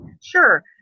Sure